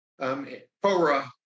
Pora